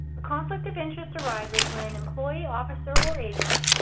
a conflict of interest arises when an employee, officer, or agent,